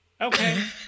Okay